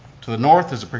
to the north is